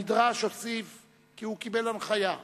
המדרש הוסיף כי הוא קיבל הנחיה: